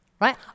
Right